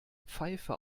pfeife